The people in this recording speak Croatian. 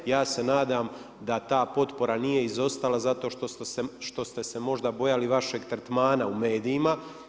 Ja se nadam da ta potpora nije izostala zato što ste se možda bojali vašeg tretmana u medijima.